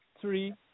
three